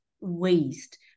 waste